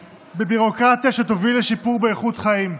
בביורוקרטיה שתוביל לשיפור באיכות חיים.